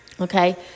Okay